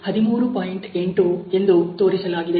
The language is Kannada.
8 ಎಂದು ತೋರಿಸಲಾಗಿದೆ